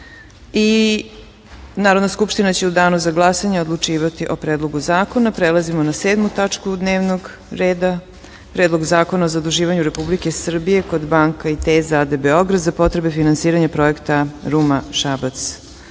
skupština će u danu za glasanje odlučivati o Predlogu zakona. Prelazimo na sedmu tačku dnevnog reda - Predlog zakona o zaduživanju Republike Srbije kod banke Intesa a.d. Beograd za potrebe finansiranja projekta